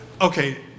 Okay